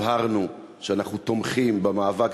הבהרנו שאנחנו תומכים במאבק.